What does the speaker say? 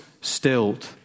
stilled